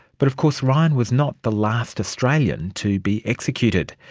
but of course ryan was not the last australian to be executed.